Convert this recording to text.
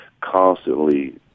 constantly